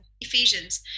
Ephesians